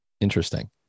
Interesting